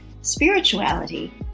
spirituality